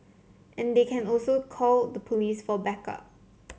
and they can also call the police for backup